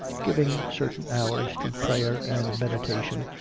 giving certain hours to prayer and meditation,